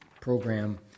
program